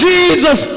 Jesus